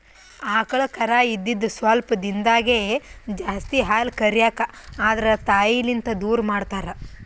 ಆಕಳ್ ಕರಾ ಇದ್ದಿದ್ ಸ್ವಲ್ಪ್ ದಿಂದಾಗೇ ಜಾಸ್ತಿ ಹಾಲ್ ಕರ್ಯಕ್ ಆದ್ರ ತಾಯಿಲಿಂತ್ ದೂರ್ ಮಾಡ್ತಾರ್